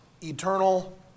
eternal